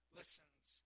listens